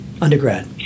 undergrad